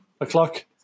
o'clock